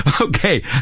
Okay